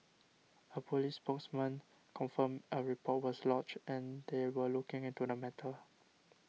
a police spokesman confirmed a report was lodged and that they were looking into the matter